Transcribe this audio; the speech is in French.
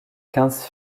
quinze